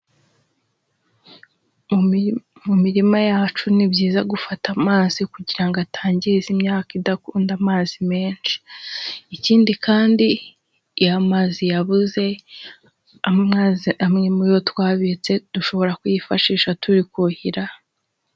Mu mirima yacu ni byiza gufata amazi, kugira ngo atangiza imyaka idakunda amazi menshi. Ikindi kandi, iyo amazi yabuze, amazi amwe mu yo twabitse dushobora kuyifashisha turi kuhira.